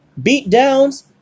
beatdowns